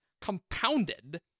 compounded